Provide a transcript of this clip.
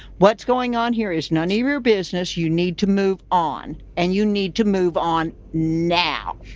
what's going on here is none of your business. you need to move on. and you need to move on now.